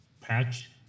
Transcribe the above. patch